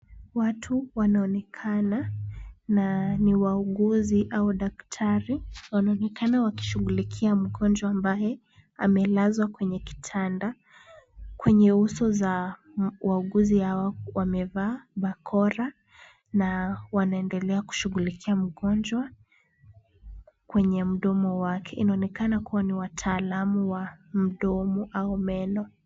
Watu wanaonekana na ni wauguzi au daktari , wanaonekana wakishughlikia mgonjwa ambaye amelazwa kwenye kitanda ,kwenye uso za wauguzi hao wamevaa bakora na wanaendelea kushughlikia mgonjwa kwenye mdomo wake, inaonekana kua wataalamu wa mdomo au meno